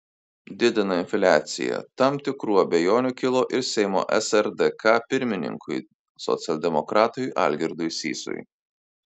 didina infliaciją tam tikrų abejonių kilo ir seimo srdk pirmininkui socialdemokratui algirdui sysui